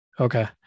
okay